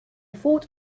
thought